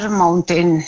mountain